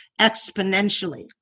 exponentially